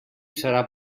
serà